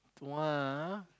!wah!